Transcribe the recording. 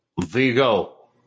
Vigo